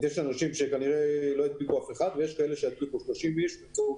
יש אנשים שלא ידביקו אף אחד ויש כאלו שידביקו 30 איש באמצעות